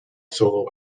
solo